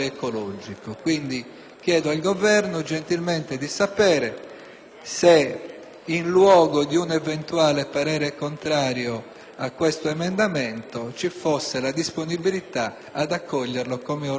chiedo al Governo di sapere se, in luogo di un eventuale parere contrario a questo emendamento, ci fosse la disponibilità ad accoglierlo come ordine del giorno.